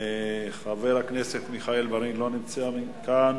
חבר הכנסת מיכאל בן-ארי, לא נמצא כאן.